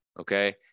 okay